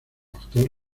actor